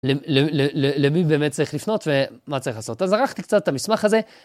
למי באמת צריך לפנות ומה צריך לעשות, אז ערכתי קצת את המסמך הזה.